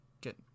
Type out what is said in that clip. get